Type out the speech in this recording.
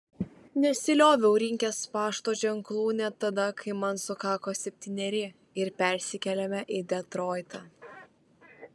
nesilioviau rinkęs pašto ženklų net tada kai man sukako septyneri ir persikėlėme į detroitą